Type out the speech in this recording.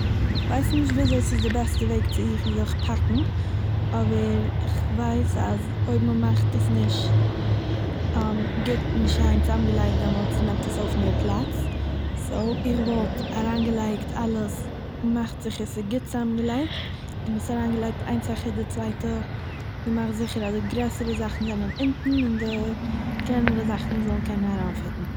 כ'ווייס נישט וויאזוי ס'איז די בעסטע וועג צו רופן זיך פאקן, אבער איך ווייס אז אויב מ'מאכט עס נישט גוט און שיין צוזאמגעלייגט, דעמאלטס נעמט עס אויף מער פלאץ, סו, איך וואלט אריינגעלייגט אלעס מאכט זיך עס איז גוט צוזאמגעלייגט און עס אריינגעלייגט איינס העכער די צווייטע געמאכט זיכער אז גרעסערע זאכן זענען אונטן און די קלענערע זאכן זאלן קענען אריינפיטן